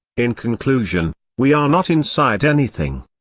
in conclusion, we are not inside anything.